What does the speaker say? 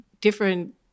different